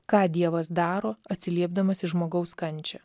ką dievas daro atsiliepdamas į žmogaus kančią